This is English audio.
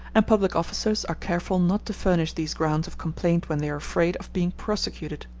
and public officers are careful not to furnish these grounds of complaint when they are afraid of being prosecuted.